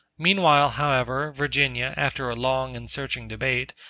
meanwhile, however, virginia, after a long and searching debate,